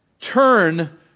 Turn